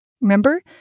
Remember